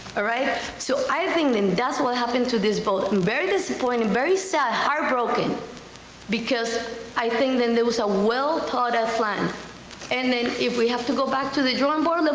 right? so i think that's what happened to this vote. i'm very disappointed, very sad, heartbroken because i think that there was a well thought out plan and and if we have to go back to the drawing board,